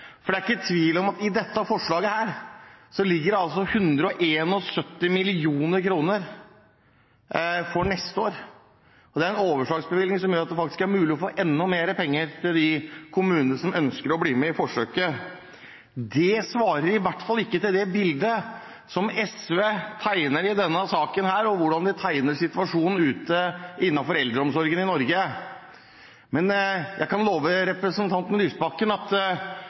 for det er ikke tvil om at i dette forslaget ligger det 171 mill. kr for neste år. Det er en overslagsbevilgning som gjør at det faktisk er mulig å få enda mer penger til de kommunene som ønsker å bli med i forsøket. Det svarer i hvert fall ikke til det bildet som SV tegner i denne saken, og hvordan de tegner situasjonen innenfor eldreomsorgen i Norge. Men jeg kan love representanten Lysbakken: